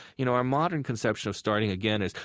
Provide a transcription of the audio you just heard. you know our modern conception of starting again is,